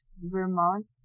Vermont